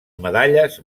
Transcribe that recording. medalles